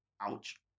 Ouch